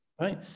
right